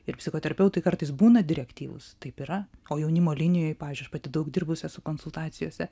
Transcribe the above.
ir psichoterapeutai kartais būna direktyvūs taip yra o jaunimo linijoj pavyzdžiui aš pati daug dirbus esu konsultacijose